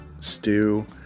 stew